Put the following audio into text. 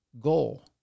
goal